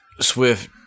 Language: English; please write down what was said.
Swift